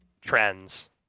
trends